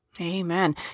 Amen